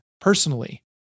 personally